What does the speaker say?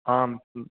आम्